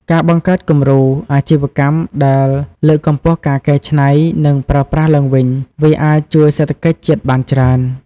ការបង្កើតគំរូអាជីវកម្មដែលលើកកម្ពស់ការកែច្នៃ និងប្រើប្រាស់ឡើងវិញ វាអាចជួយសេដ្ឋកិច្ចជាតិបានច្រើន។